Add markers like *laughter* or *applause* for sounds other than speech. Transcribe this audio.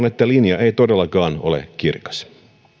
*unintelligible* että linja ei todellakaan ole kirkas